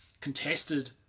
contested